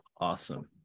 awesome